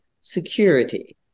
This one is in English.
security